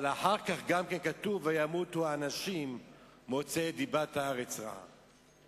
אבל אחר כך גם כתוב: וימותו האנשים מוציאי דיבת הארץ רעה.